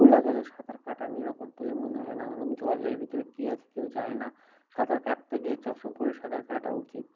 খোলা জলে সাঁতার কাটা নিরাপদ বলে মনে হয় না কারণ জলের ভিতরে কী আছে কেউ জানে না সাঁতার কাটতে গিয়ে চশমা পরে সাঁতার কাটা উচিত